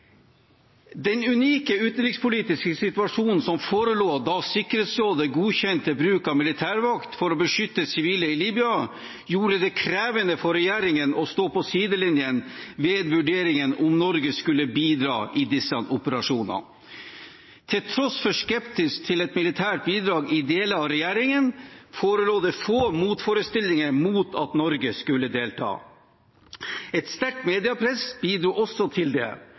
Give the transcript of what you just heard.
Den unike utenrikspolitiske situasjonen som forelå da Sikkerhetsrådet godkjente bruk av militærmakt for å beskytte sivile i Libya, gjorde det krevende for regjeringen å stå på sidelinjen ved vurderingen av om Norge skulle bidra i disse operasjonene. Til tross for skepsis til et militært bidrag i deler av regjeringen forelå det få motforestillinger mot at Norge skulle delta. Et sterkt mediepress bidro også til det.